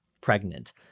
pregnant